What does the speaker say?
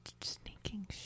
Sneaking